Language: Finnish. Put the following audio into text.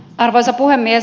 arvoisa puhemies